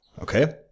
Okay